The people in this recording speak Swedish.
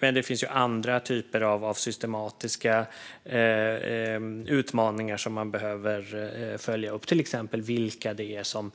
Men det finns även andra typer av systematiska utmaningar som behöver följas upp, till exempel vilka det är som